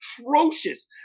atrocious